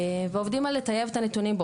ועובדים על לטייב את הנתונים בו,